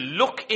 look